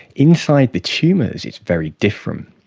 inside the tumours it's very different.